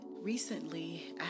recently